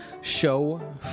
show